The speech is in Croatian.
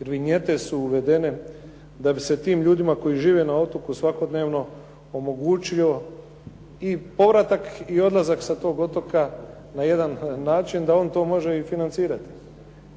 vinjete su uvedene da bi se tim ljudima koji žive na otoke svakodnevno omogućio i povratak i odlazak sa tog otoka na jedan način da on to može i financirati